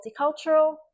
multicultural